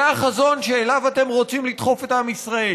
זה החזון שאליו אתם רוצים לדחוף את עם ישראל.